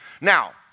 Now